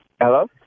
Hello